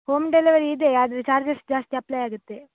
home delivery ಇದೆ ಆದರೆ charges ಜಾಸ್ತಿ ಅಪ್ಲೈ ಆಗುತ್ತೆ